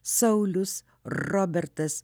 saulius robertas